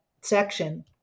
section